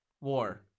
WAR